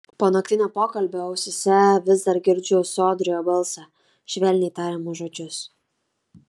po naktinio pokalbio ausyse vis dar girdžiu sodrų jo balsą švelniai tariamus žodžius